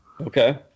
Okay